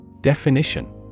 Definition